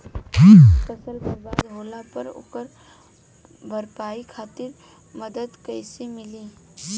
फसल बर्बाद होला पर ओकर भरपाई खातिर मदद कइसे मिली?